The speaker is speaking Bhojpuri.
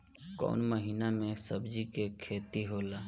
कोउन महीना में सब्जि के खेती होला?